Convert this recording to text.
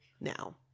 now